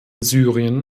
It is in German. syrien